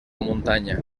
muntanya